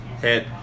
Hit